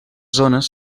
zones